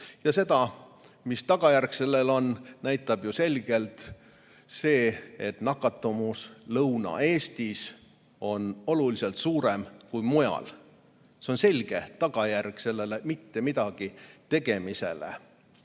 Seda, mis tagajärg sellel on, näitab ju selgelt see, et nakatumine Lõuna-Eestis on oluliselt suurem kui mujal. See on selle mittemidagitegemise